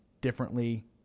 differently